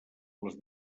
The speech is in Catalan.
les